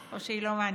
או שהיא לא מעניינת.